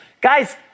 guys